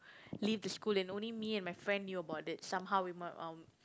leave the school and only me and my friend knew about it somehow we ma~ um